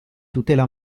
tutela